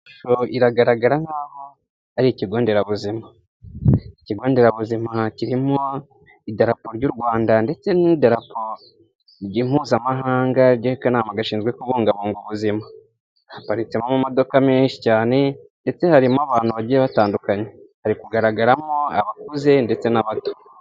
Ishusho iragaragara nkaho ari ikigo nderabuzima. Ikigo nderabuzima kirimo idarapo ry'u Rwanda ndetse n'idarapo mpuzamahanga ry'akanama gashinzwe kubungabunga ubuzima. Haparitsemo amamodoka menshi cyane ndetse harimo abantu bagiye batandukanye. Hari kugaragaramo abakuze ndetse n'abato.